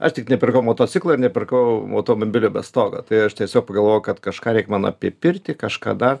aš tik nepirkau motociklo ir nepirkau automobilio be stogo tai aš tiesiog pagalvojau kad kažką reik man apie pirtį kažką dar